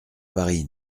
paris